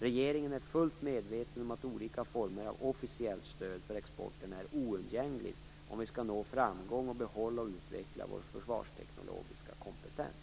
Regeringen är fullt medveten om att olika former av officiellt stöd för exporten är oundgängligt om vi skall nå framgång och behålla och utveckla vår försvarsteknologiska kompetens.